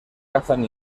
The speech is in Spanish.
cazan